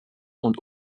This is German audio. und